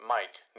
Mike